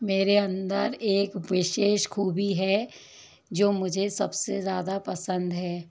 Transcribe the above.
मेरे अंदर एक विशेष ख़ूबी है जो मुझे सब से ज़्यादा पसंद है